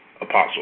Apostle